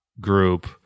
group